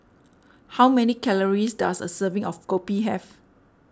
how many calories does a serving of Kopi have